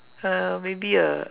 uh maybe a a